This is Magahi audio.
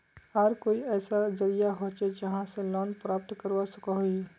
आर कोई ऐसा जरिया होचे जहा से लोन प्राप्त करवा सकोहो ही?